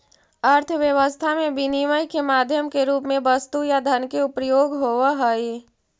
अर्थव्यवस्था में विनिमय के माध्यम के रूप में वस्तु या धन के प्रयोग होवऽ हई